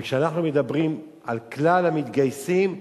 וכשאנחנו מדברים על כלל המתגייסים,